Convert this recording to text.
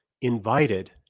invited